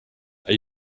are